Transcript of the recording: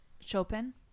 Chopin